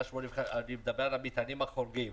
אני מדבר על המטענים החורגים.